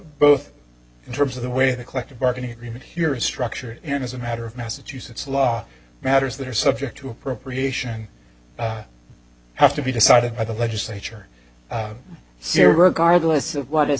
both in terms of the way the collective bargaining agreement here is structured and as a matter of massachusetts law matters that are subject to appropriation have to be decided by the legislature sciri regardless of what i